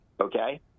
Okay